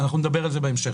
אנחנו נגיע לזה בהמשך.